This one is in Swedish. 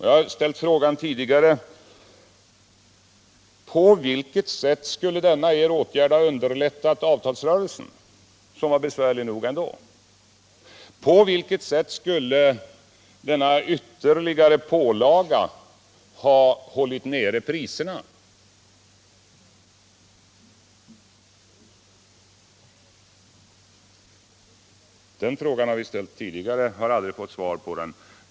Jag ställde frågan tidigare: På vilket sätt skulle denna er åtgärd ha underlättat avtalsrörelsen, som var besvärlig nog ändå? På vilket sätt skulle denna ytterligare pålaga ha hållit nere priserna? Den frågan har vi ställt tidigare och har aldrig fått svar på den.